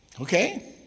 Okay